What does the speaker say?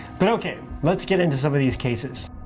but ok let's get into some of these cases.